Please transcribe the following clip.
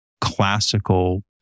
classical